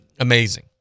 Amazing